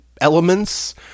elements